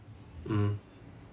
mm